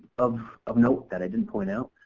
of of note that i didn't point out,